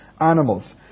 animals